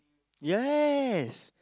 yes